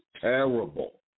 terrible